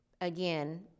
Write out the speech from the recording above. again